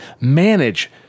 manage